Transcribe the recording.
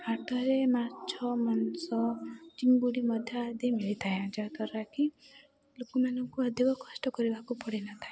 ହାଟରେ ମାଛ ମାଂସ ଚିଙ୍ଗୁଡ଼ି ମଧ୍ୟ ଆଦି ମିଳିଥାଏ ଯାହାଦ୍ୱାରା କି ଲୋକମାନଙ୍କୁ ଅଧିକ କଷ୍ଟ କରିବାକୁ ପଡ଼ିନଥାଏ